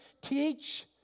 teach